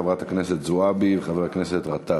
חברת הכנסת זועבי וחבר הכנסת גטאס.